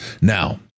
Now